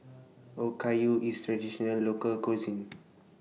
Okayu IS Traditional Local Cuisine